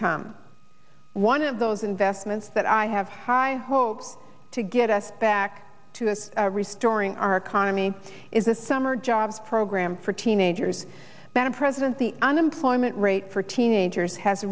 come one of those investments that i have high hopes to get us back to this restoring our economy is a summer jobs program for teenagers better president the unemployment rate for teenagers has